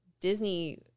Disney